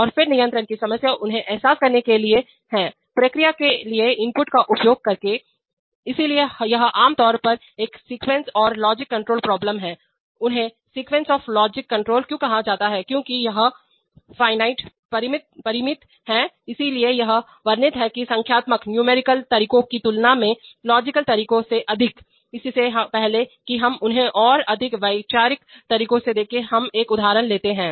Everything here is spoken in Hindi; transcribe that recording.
और फिर नियंत्रण की समस्या उन्हें एहसास करने के लिए है प्रक्रिया के लिए इनपुट का उपयोग करके इसलिए यह आम तौर पर एक सीक्वेंस और लॉजिक कंट्रोल प्रॉब्लम है उन्हें सीक्वेंस ऑफ लॉजिक कंट्रोल क्यों कहा जाता है क्योंकि यह एक फिनिट परिमित है इसलिए यह वर्णित है संख्यात्मकन्यूमेरिकल तरीकों की तुलना में लॉजिकल तरीकों से अधिक इससे पहले कि हम उन्हें और अधिक वैचारिक तरीकों से देखें हम एक उदाहरण लेते हैं